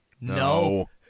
No